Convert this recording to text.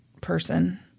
person